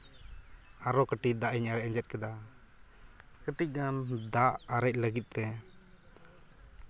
ᱟᱨᱚ ᱠᱟᱹᱴᱤᱡ ᱫᱟᱜ ᱤᱧ ᱟᱨᱮᱡ ᱟᱸᱡᱮᱫ ᱠᱮᱫᱟ ᱠᱟᱹᱴᱤᱡ ᱜᱟᱱ ᱫᱟᱜ ᱟᱨᱮᱡ ᱞᱟᱹᱜᱤᱫ ᱛᱮ